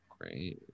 Great